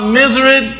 misery